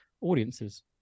audiences